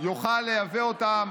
לייבא אותם